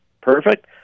perfect